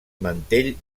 mantell